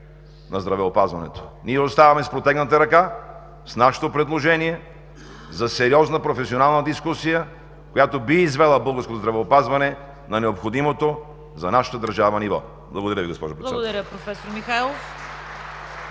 на здравеопазването. Ние оставаме с протегната ръка с нашето предложение за сериозна професионална дискусия, която би извела българското здравеопазване на необходимото за нашата държава ниво. Благодаря Ви, госпожо Председател.